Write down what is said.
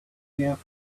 care